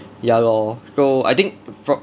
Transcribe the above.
ya lor so I think